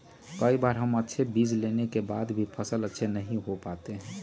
कई बार हम अच्छे बीज लेने के बाद भी फसल अच्छे से नहीं हो पाते हैं?